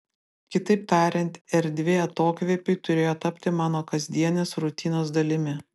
kitaip tariant erdvė atokvėpiui turėjo tapti mano kasdienės rutinos dalimi